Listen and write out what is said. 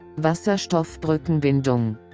Wasserstoffbrückenbindung